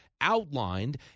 outlined